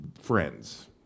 friends